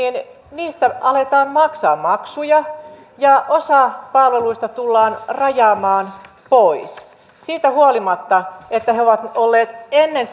aletaan maksaa maksuja ja osa palveluista tullaan rajaamaan pois siitä huolimatta että he ovat olleet ennen